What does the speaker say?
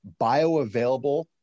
bioavailable